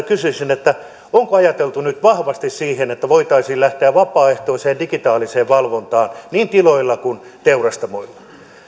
kysyisin onko ajateltu nyt vahvasti sitä että voitaisiin lähteä vapaaehtoiseen digitaaliseen valvontaan niin tiloilla kuin teurastamoilla